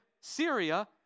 Syria